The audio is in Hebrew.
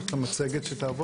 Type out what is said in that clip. אני צריך גם מצגת שתעבוד.